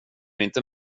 inte